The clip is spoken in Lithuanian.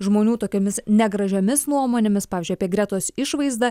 žmonių tokiomis negražiomis nuomonėmis pavyzdžiui apie gretos išvaizdą